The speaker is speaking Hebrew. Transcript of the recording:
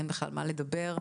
אין בכלל מה לדבר.